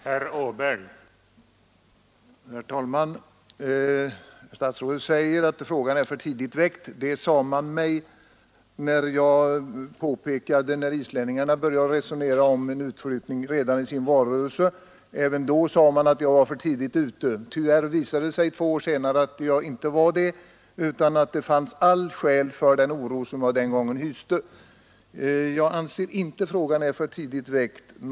Herr talman! Statsrådet säger att frågan är för tidigt väckt. Även när jag påpekade att islänningarna redan i sin valrörelse började resonera om en utflyttning sade man att jag var för tidigt ute. Tyvärr visade det sig två år senare att jag inte var det utan att det fanns alla skäl till den oro jag den gången hyste. Jag anser inte att frågan är för tidigt väckt.